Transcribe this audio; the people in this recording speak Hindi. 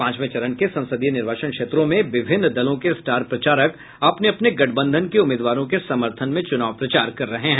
पांचवें चरण के संसदीय निर्वाचन क्षेत्रों में विभिन्न दलों के स्टार प्रचारक अपने अपने गठबंधन के उम्मीदवारों के समर्थन में चुनाव प्रचार कर रहे हैं